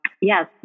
yes